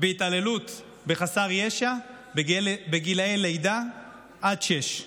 בהתעללות בחסר ישע בגיל לידה עד שש.